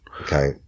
okay